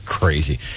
Crazy